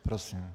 Prosím.